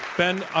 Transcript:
ben,